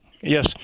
Yes